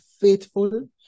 faithful